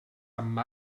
amb